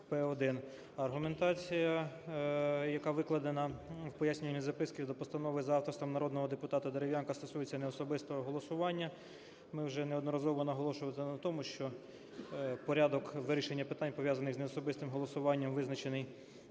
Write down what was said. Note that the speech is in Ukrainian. Аргументація, якавикладенав пояснювальній записці до постанови за авторства народного депутата Дерев'янка стосується неособистого голосування. Ми вже неодноразово наголошували на тому, що порядок вирішення питань, пов'язаних з неособистим голосуванням, визначений